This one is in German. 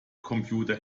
computer